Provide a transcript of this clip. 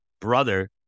brother